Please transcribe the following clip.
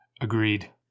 agreed